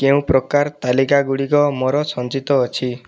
କେଉଁପ୍ରକାର ତାଲିକା ଗୁଡ଼ିକ ମୋର ସଞ୍ଚିତ ଅଛି